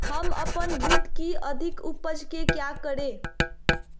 हम अपन बूट की अधिक उपज के क्या करे?